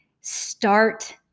start